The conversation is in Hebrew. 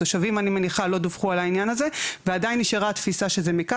אילו צעדים ננקטו כדי שלא יקרה?